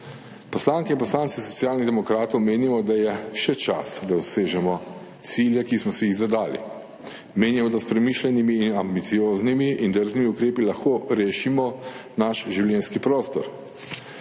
Poslanke in poslanci Socialnih demokratov menimo, da je še čas, da dosežemo cilje, ki smo si jih zadali. Menimo, da s premišljenimi, ambicioznimi in drznimi ukrepi lahko rešimo naš življenjski prostor.